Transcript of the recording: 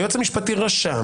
היועץ המשפטי רשם.